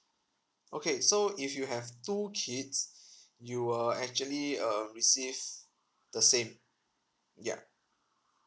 okay so if you have two kids you will actually um receive the same ya